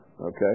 Okay